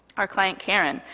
our client karen,